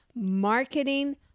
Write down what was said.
Marketing